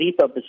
repurpose